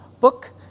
book